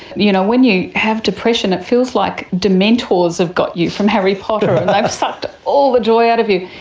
you know when you have depression it feels like dementors have got you from harry potter and they've sucked all the joy out of you.